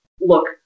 look